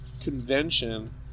convention